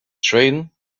train